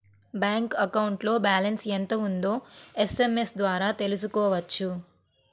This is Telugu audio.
బ్యాంక్ అకౌంట్లో బ్యాలెన్స్ ఎంత ఉందో ఎస్ఎంఎస్ ద్వారా తెలుసుకోవచ్చు